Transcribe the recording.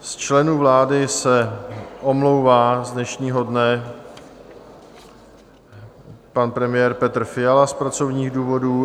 Z členů vlády se omlouvá z dnešního dne pan premiér Petr Fiala z pracovních důvodů...